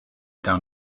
down